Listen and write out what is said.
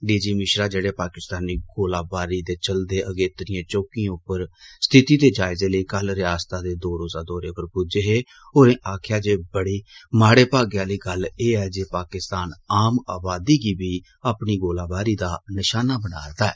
D G Mishra जेह्ड़े पाकिस्तानी गोलाबारी दे चलदे अगेत्रिएं चौकिएं उप्पर स्थिति दे जायजें लेई कल रियासतां दे दौ रोज़ा दौरे उप्पर पुज्जै हे होरें आक्खेआ जे बड़ी माड़े भागे आह्ली गल्ल ऐ जे पाकिस्तान आम अबादी गी अपनी गोलाबारी दा नशाना बना'रदा ऐ